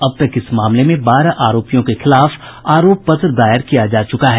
अब तक इस मामले में बारह आरोपियों के खिलाफ आरोप पत्र दायर किया जा चुका है